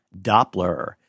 Doppler